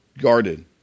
Guarded